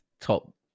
top